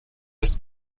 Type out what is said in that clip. ist